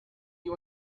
you